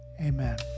Amen